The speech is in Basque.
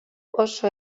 oso